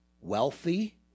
wealthy